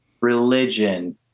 religion